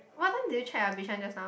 what time did you check ah bishan just now